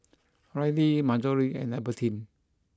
Rylee Marjory and Albertine